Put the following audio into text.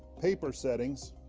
paper settings,